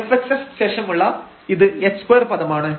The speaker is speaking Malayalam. fxx ശേഷമുള്ള ഇത് h2 പദമാണ്